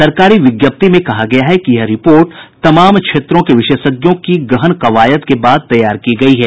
सरकारी विज्ञप्ति में कहा गया है कि यह रिपोर्ट तमाम क्षेत्रों के विशेषज्ञों की गहन कवायद के बाद तैयार की गई है